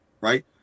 right